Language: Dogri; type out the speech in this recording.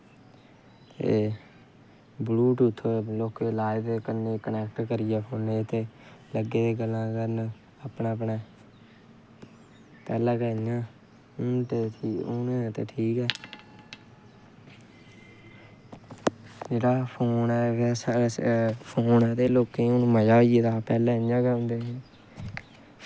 ते ब्लयूटुथ लोकें लाई दे क'न्नें गी कनैक्ट करियै ते लग्गे दे गल्लां करन अपनै अपनै पैह्लैं ते इ'यां हून ते ठीक ऐ इसलै फोन गै अस फोन ऐ ते लोकें हून मजा होई गेदा पैह्लैं इ'यां गै होंदे हे